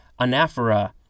anaphora